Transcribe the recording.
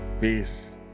Peace